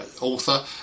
author